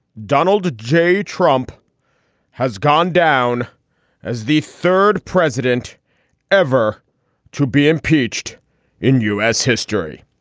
donald j. trump has gone down as the third president ever to be impeached in u s. history.